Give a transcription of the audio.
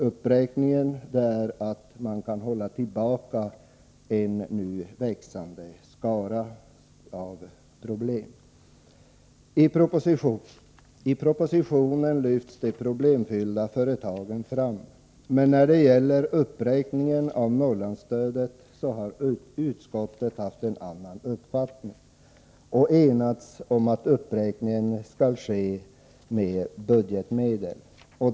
Uppräkningen kommer dock att hålla tillbaka en skara av nu växande problem. I propositionen lyfts de problemfyllda företagen fram, men när det gäller Norrlandsstödet har utskottet haft en avvikande uppfattning och enats om att uppräkningen skall ske med budgetmedel.